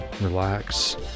relax